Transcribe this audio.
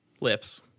Lips